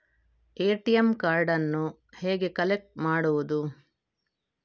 ATM ಕಾರ್ಡನ್ನು ಹೇಗೆ collect ಮಾಡುವುದು?